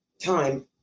time